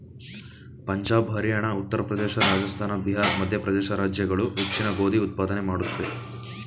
ಪಂಜಾಬ್ ಹರಿಯಾಣ ಉತ್ತರ ಪ್ರದೇಶ ರಾಜಸ್ಥಾನ ಬಿಹಾರ್ ಮಧ್ಯಪ್ರದೇಶ ರಾಜ್ಯಗಳು ಹೆಚ್ಚಿನ ಗೋಧಿ ಉತ್ಪಾದನೆ ಮಾಡುತ್ವೆ